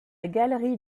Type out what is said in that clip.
galerie